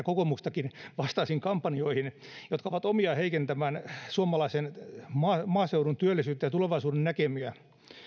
kokoomuksestakin vastaisiin kampanjoihin jotka ovat omiaan heikentämään suomalaisen maaseudun työllisyyttä ja tulevaisuudennäkymiä